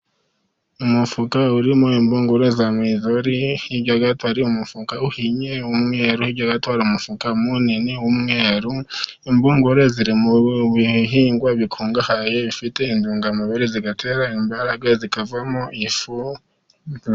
Umufuka urimo impungure za mayizori hirya gato hari umufuka uhinnye w'umweru, hirya gato hari umufuka munini w'umweru. Impungure ziri mu bihingwa bikungahaye bifite intungamubiri, zigatera imbaraga zikavamo ifu.